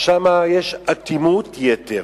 אז, שם יש אטימות יתר.